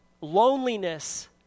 Loneliness